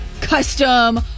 custom